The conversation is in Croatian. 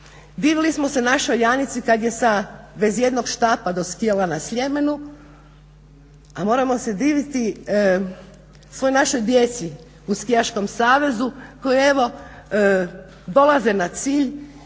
Divili smo se našoj Janici kada je bez jednog štapa doskijala na Sljemenu, a moramo se diviti svoj našoj djeci u skijaškom savezu koji evo dolaze na cilj